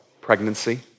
pregnancy